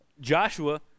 Joshua